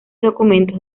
documentos